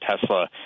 Tesla